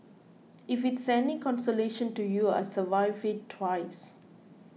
if it's any consolation to you I survived it twice